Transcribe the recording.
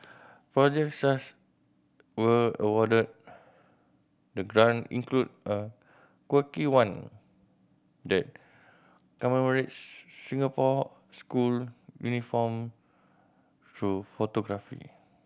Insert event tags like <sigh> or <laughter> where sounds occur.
projects <unintelligible> were awarded the grant include a quirky one that commemorates Singapore school uniform through photography